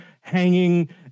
hanging